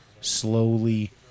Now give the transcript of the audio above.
slowly